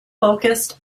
focused